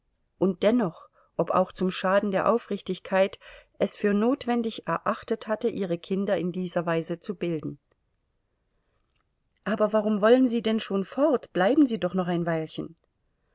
und dennoch ob auch zum schaden der aufrichtigkeit es für notwendig erachtet hatte ihre kinder in dieser weise zu bilden aber warum wollen sie denn schon fort bleiben sie doch noch ein weilchen